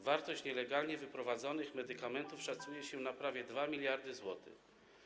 Wartość nielegalnie wyprowadzonych medykamentów szacuje się na prawie 2 mld zł.